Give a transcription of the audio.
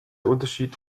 unterschied